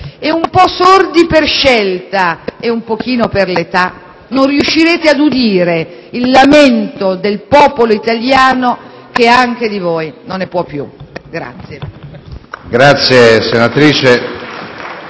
e, un po' sordi per scelta e un pochino per l'età, non riuscirete ad udire il lamento del popolo italiano, che anche di voi non ne può più.